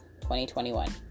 2021